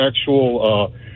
actual